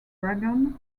dragon